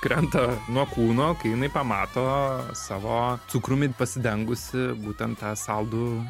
krenta nuo kūno kai jinai pamato savo cukrumi pasidengusi būtent tą saldų